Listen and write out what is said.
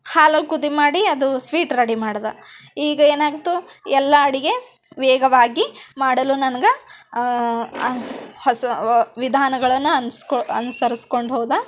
ಹಾಲು ಅಲ್ಲಿ ಕುದಿ ಮಾಡಿ ಅದು ಸ್ವೀಟ್ ರೆಡಿ ಮಾಡ್ದಾ ಈಗ ಏನು ಆಗ್ತು ಎಲ್ಲ ಅಡುಗೆ ವೇಗವಾಗಿ ಮಾಡಲು ನನಗೆ ಹೊಸ ವ ವಿಧಾನಗಳನ್ನು ಅನುಸ್ ಅನುಸರಸ್ಕೊಂಡೋದ